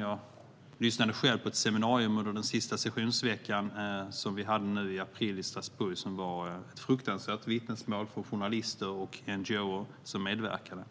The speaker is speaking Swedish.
Jag lyssnade själv på ett seminarium under den senaste sessionsveckan som vi hade i Strasbourg i april och fick höra fruktansvärda vittnesmål från journalister och NGO:er som medverkade.